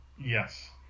Yes